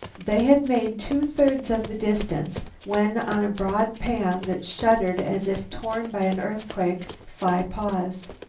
they had made two-thirds of the distance when, on a broad pan that shuddered as if torn by an earthquake, phi paused.